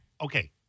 okay